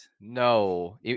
no